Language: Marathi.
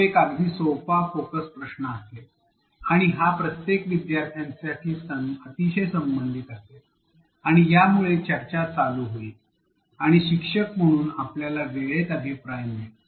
जो एक अगदी सोपा फोकस प्रश्न असेल आणि हा प्रत्येक विद्यार्थ्यासाठी अतिशय संबंधित असेल आणि यामुळे चर्चा चालू होईल आणि शिक्षक म्हणून आपल्याला वेळेत अभिप्राय मिळेल